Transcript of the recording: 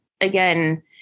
again